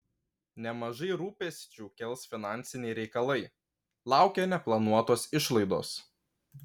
nemažai rūpesčių kels finansiniai reikalai laukia neplanuotos išlaidos